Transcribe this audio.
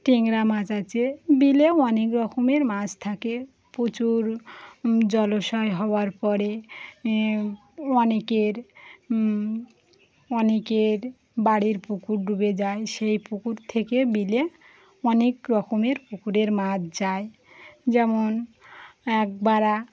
ট্যাংরা মাছ আছে বিলেও অনেক রকমের মাছ থাকে প্রচুর জলাশয় হওয়ার পরে অনেকের অনেকের বাড়ির পুকুর ডুবে যায় সেই পুকুর থেকে বিলে অনেক রকমের পুকুরের মাছ যায় যেমন একবারা